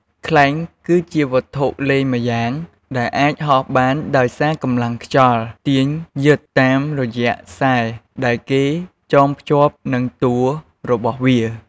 ខ្លែង គឺជាវត្ថុលេងម្យ៉ាងដែលអាចហោះបានដោយសារកម្លាំងខ្យល់ទាញយឺតតាមរយៈខ្សែដែលគេចង់ភ្ជាប់នឹងតួរបស់វា។